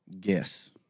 guess